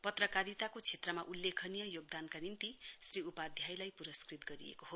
पत्रकारिताको क्षेत्रमा उल्लेखनीय योगदानका निम्ति श्री उपाध्यायलाई पुरस्कृत गरिएको हो